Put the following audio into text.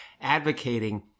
advocating